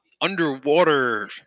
underwater